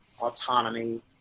autonomy